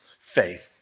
Faith